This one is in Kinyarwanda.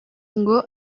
ngo